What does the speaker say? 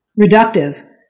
reductive